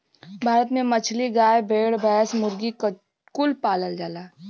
भारत में मछली, गाय, भेड़, भैंस, मुर्गी कुल पालल जाला